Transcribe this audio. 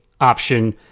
option